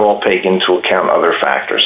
will take into account other factors